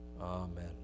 Amen